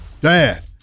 dad